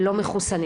לא מחוסנים.